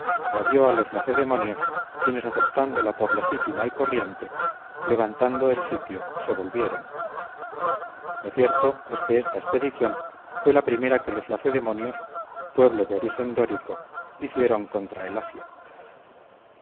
la dio a los lacedemonios quienes aceptándola por legítima y corriente levantando el sitio se volvieron lo cierto es que esta expedición fue la primera que los lacedemonios pueblo de origen dórico hicieron contra el asia